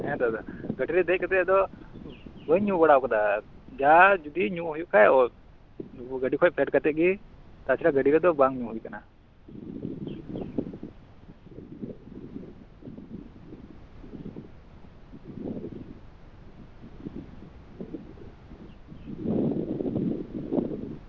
ᱦᱮᱸ ᱫᱟᱫᱟ ᱜᱟᱹᱰᱤ ᱨᱮ ᱫᱮᱡ ᱠᱟᱛᱮ ᱫᱚ ᱵᱟᱹᱧ ᱧᱩ ᱵᱟᱲᱟ ᱠᱟᱫᱟ ᱡᱟ ᱡᱩᱫᱤ ᱧᱩ ᱦᱩᱭᱩᱜ ᱠᱷᱟᱡ ᱜᱟᱹᱰᱤ ᱠᱷᱚᱡ ᱯᱷᱮᱰ ᱠᱟᱛᱮ ᱜᱮ ᱛᱟᱪᱟᱲᱟ ᱜᱟᱹᱰᱤ ᱨᱮᱫᱚ ᱵᱟᱝ ᱧᱩ ᱦᱩᱭ ᱠᱟᱱᱟ